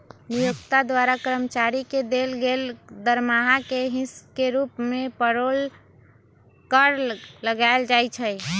नियोक्ता द्वारा कर्मचारी के देल गेल दरमाहा के हिस के रूप में पेरोल कर लगायल जाइ छइ